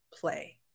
play